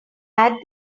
add